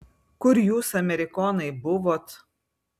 kur jūs amerikonai buvot